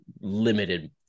limited